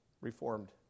reformed